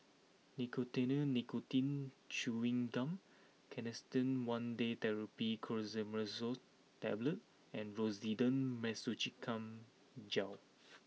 Nicotinell Nicotine Chewing Gum Canesten one Day Therapy Clotrimazole Tablet and Rosiden Piroxicam Gel